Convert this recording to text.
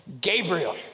Gabriel